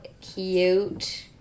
cute